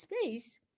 space